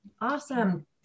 Awesome